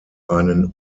einen